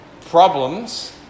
problems